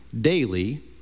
daily